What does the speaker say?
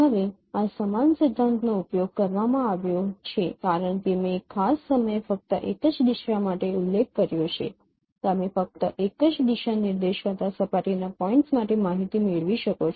હવે આ સમાન સિદ્ધાંતનો ઉપયોગ કરવામાં આવ્યો છે કારણ કે મેં એક ખાસ સમયે ફક્ત એક જ દિશા માટે ઉલ્લેખ કર્યો છે તમે ફક્ત એક જ દિશા નિર્દેશ કરતા સપાટીના પોઇન્ટ માટે માહિતી મેળવી શકો છો